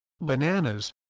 bananas